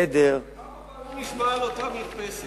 חדר, כמה פעמים נשמע על אותה מרפסת?